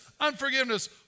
unforgiveness